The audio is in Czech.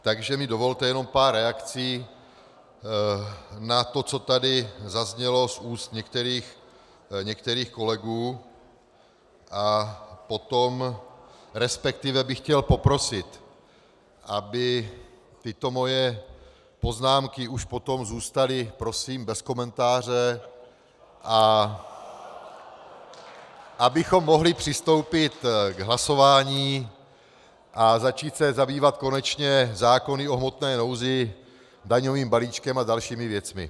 Takže mi dovolte jenom pár reakcí na to, co tady zaznělo z úst některých kolegů, a potom respektive bych chtěl poprosit, aby tyto moje poznámky už potom zůstaly prosím bez komentáře , abychom mohli přistoupit k hlasování a začít se zabývat konečně zákony o hmotné nouzi, daňovým balíčkem a dalšími věcmi.